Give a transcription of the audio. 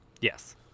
Yes